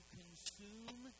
consume